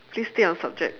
please stay on subject